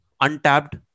untapped